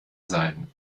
sein